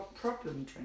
problem